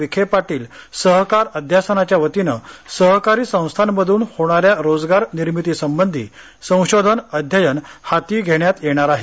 विखे पाटील सहकार अध्यासनाच्या वतीने सहकारी संस्थांमधून होणाऱ्या रोजगार निर्मितीसंबंधी संशोधन अध्ययन हाती घेण्यात येणार आहे